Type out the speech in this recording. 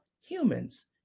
humans